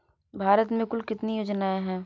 भारत में कुल कितनी योजनाएं हैं?